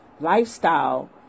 lifestyle